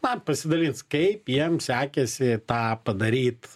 na pasidalins kaip jiem sekėsi tą padaryt